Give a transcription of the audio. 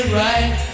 right